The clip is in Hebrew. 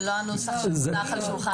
זה לא הנוסח שהונח על שולחן הוועדה.